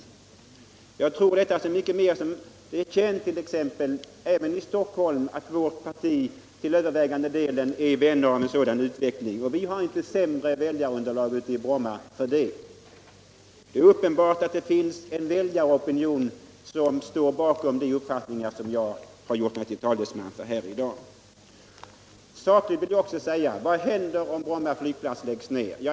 Jag tror detta så mycket mer som det är Bibehållande av Bromma flygplats Bromma flygplats känt, även i Stockholm, att vårt partis medlemmar till övervägande delen är vänner av en sådan utveckling, och vi har inte sämre väljarunderlag ute i Bromma för det. Det är uppenbart att det finns en väljaropinion som styr bakom de uppfattningar jag har gjort mig till talesman för i dag. Vad händer då om Bromma flygplats läggs ned?